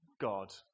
God